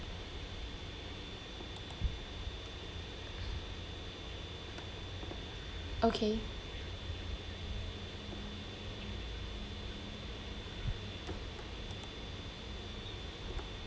okay